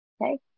Okay